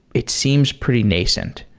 it seems pretty nascent.